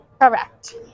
Correct